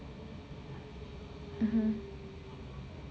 mmhmm